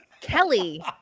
Kelly